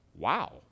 Wow